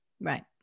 Right